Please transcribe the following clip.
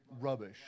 rubbish